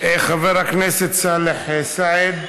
חבר הכנסת סאלח סעד,